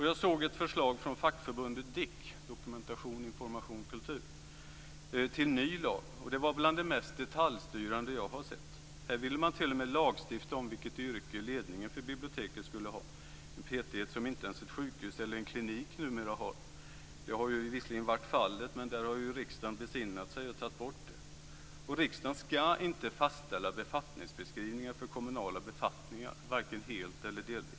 Jag såg ett förslag från fackförbundet DIK, Dokumentation, information, kultur, till ny lag, och det var bland det mest detaljstyrande jag har sett. Här ville man t.o.m. lagstifta om vilket yrke ledningen för biblioteket skulle ha, en petighet som inte ens ett sjukhus eller en klinik numera har. Det har visserligen varit fallet, men där har ju riksdagen besinnat sig och tagit bort det. Riksdagen ska inte fastställa befattningsbeskrivningar för kommunala befattningar, varken helt eller delvis.